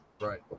right